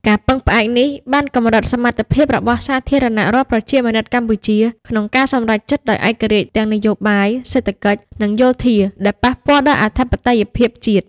ការពឹងផ្អែកនេះបានកម្រិតសមត្ថភាពរបស់សាធារណរដ្ឋប្រជាមានិតកម្ពុជា ក្នុងការសម្រេចចិត្តដោយឯករាជ្យទាំងនយោបាយ សេដ្ឋកិច្ច និងយោធា ដែលប៉ះពាល់ដល់អធិបតេយ្យភាពជាតិ។